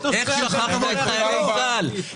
איך שכחנו את חיילי צה"ל?